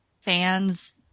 fans